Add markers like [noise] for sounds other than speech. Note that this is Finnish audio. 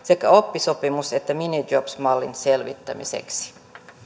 [unintelligible] sekä oppisopimus ja minijob mallin selvittämiseksi